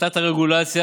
הפחתת הרגולציה